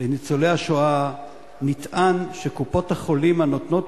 לניצולי השואה נטען שקופות-החולים הנותנות